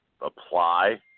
apply